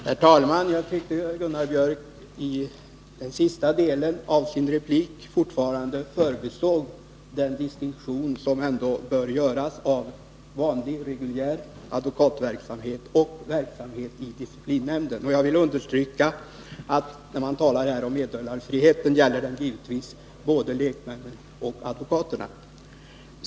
Herr talman! Jag tyckte att Gunnar Biörck i Värmdö i den sista delen av sin replik fortfarande förbisåg den distinktion som bör göras mellan vanlig reguljär advokatverksamhet och verksamhet i disciplinnämnden. Jag vill understryka att meddelarfrihet naturligtvis gäller för både lekmännen och advokaterna.